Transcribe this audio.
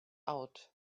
out